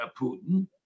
Putin